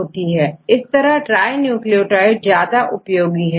इस तरह trinucleotide ज्यादा उपयोगी है